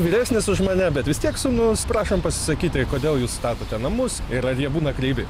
vyresnis už mane bet vis tiek sūnus prašom pasisakyti kodėl jūs statote namus ir ar jie būna kreivi